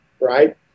right